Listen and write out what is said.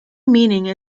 meaning